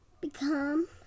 become